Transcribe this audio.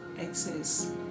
access